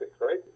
right